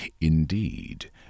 Indeed